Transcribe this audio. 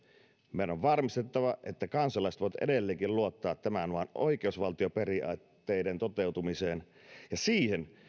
meidän on varmistettava että kansalaiset voivat edelleenkin luottaa tämän maan oikeusvaltioperiaatteiden toteutumiseen ja siihen